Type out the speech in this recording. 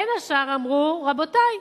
בין השאר אמרו: רבותי,